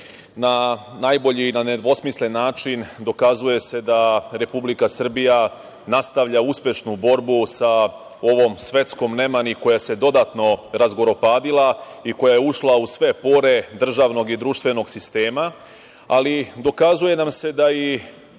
na najbolji i na nedvosmislen način dokazuje se da Republika Srbija nastavlja uspešnu borbu sa ovom svetskom nemani koja se dodatno razgoropadila i koja je ušla u sve pore državnog i društvenog sistema, ali dokazuje nam se da i